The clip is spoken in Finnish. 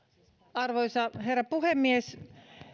arvoisa herra puhemies